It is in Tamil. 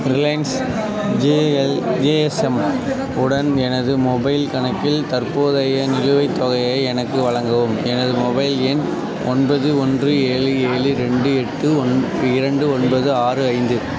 ரிலையன்ஸ் ஜிஎல் ஜிஎஸ்எம் உடன் எனது மொபைல் கணக்கில் தற்போதைய நிலுவைத் தொகையை எனக்கு வழங்கவும் எனது மொபைல் எண் ஒன்பது ஒன்று ஏழு ஏழு ரெண்டு எட்டு ஒன் இரண்டு ஒன்பது ஆறு ஐந்து